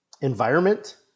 environment